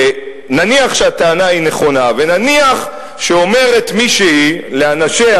ונניח שהטענה נכונה ונניח שאומרת מישהי לאנשיה: